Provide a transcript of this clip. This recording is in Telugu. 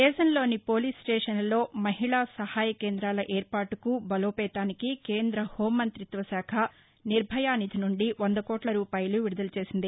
దేశంలోని పోలీస్ స్లేషన్లలో మహిళా సహాయ కేంద్రాల ఏర్పాటుకు బలోపేతానికి కేంద్ర హోం మంత్రిత్వశాఖ నిర్భయ నిధి నుండి వందకోట్ల రూపాయలు విడుదల చేసింది